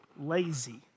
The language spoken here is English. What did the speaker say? lazy